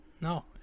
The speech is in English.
no